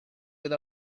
with